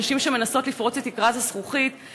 נשים שמנסות לפרוץ את תקרת הזכוכית,